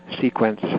sequence